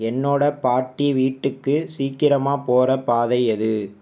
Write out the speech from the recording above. என்னோட பாட்டி வீட்டுக்கு சீக்கிரமாக போகிற பாதை எது